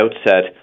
outset